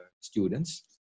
students